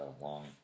long